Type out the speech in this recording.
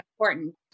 important